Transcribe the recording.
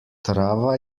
trava